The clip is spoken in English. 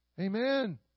Amen